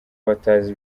batazi